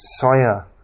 soya